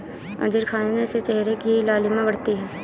अंजीर खाने से चेहरे की लालिमा बढ़ती है